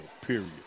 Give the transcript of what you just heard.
period